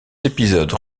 épisodes